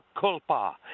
culpa